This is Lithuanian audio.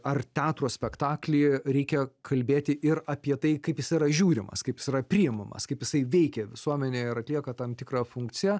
ar teatro spektaklį reikia kalbėti ir apie tai kaip jis yra žiūrimas kaip jis yra priimamas kaip jisai veikia visuomenę ir atlieka tam tikrą funkciją